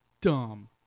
dumb